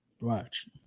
Watch